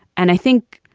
and i think.